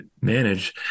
manage